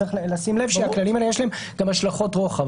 צריך לשים לב שלכללים האלה יש גם השלכות רוחב.